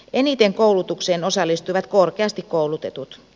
eniten koulutukseen osallistuivat korkeasti koulutetut